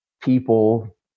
people